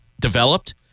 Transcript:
developed